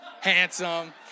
handsome